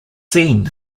seen